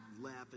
laughing